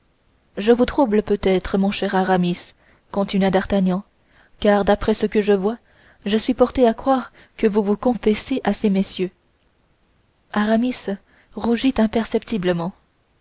je vous trouble peut-être mon cher aramis continua d'artagnan car d'après ce que je vois je suis porté à croire que vous vous confessez à ces messieurs aramis rougit imperceptiblement